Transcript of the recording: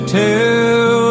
tell